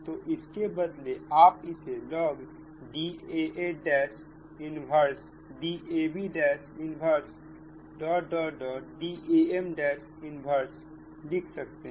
तो इसके बदले आप इसे log Daa 1Dab 1Dam 1लिख सकते है